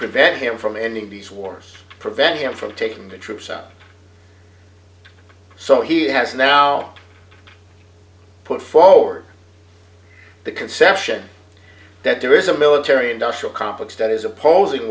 prevent him from ending these wars prevent him from taking the troops out so he has now put forward the conception that there is a military industrial complex that is opposing